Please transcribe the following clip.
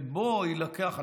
ובו יילקח,